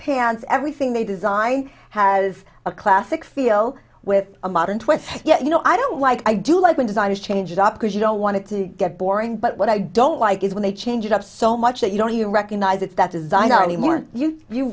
pants everything they design has a classic feel with a modern twist you know i don't like i do like when designers change it up because you don't want to get boring but what i don't like is when they change it up so much that you don't even recognize it's that designer anymore you you